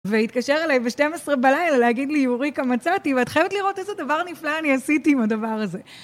והתקשר אליי ב-12 בלילה להגיד לי אאוריקה מצאתי ואת חייבת לראות איזה דבר נפלא אני עשיתי עם הדבר הזה